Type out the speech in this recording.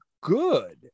good